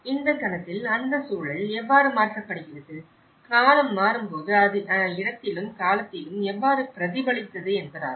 இந்த கணத்தில் அந்த சூழல் எவ்வாறு மாற்றப்படுகிறது காலம் மாறும்போது அது இடத்திலும் காலத்திலும் எவ்வாறு பிரதிபலித்தது என்பதாகும்